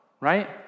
Right